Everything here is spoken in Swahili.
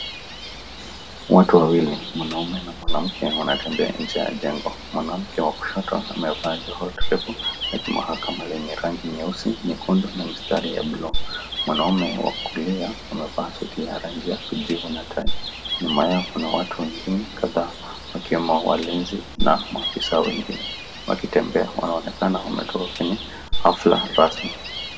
Watu wawili mwanaume na mwanamke wanatembea nje ya jengo. Mwanamke wa kushoto amevaa joho toshefu ya mahakama lenye rangi nyeusi, nyekundu na mistari ya buluu, mwanaume wa kulia amevaa suti ya kijivu na tai. Nyuma yao kuna watu wengine kadhaa wakiwemo walinzi na maafisa wengine, wakitembea wanaonekana wametoka kwenye hafla rasmi.